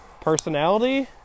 personality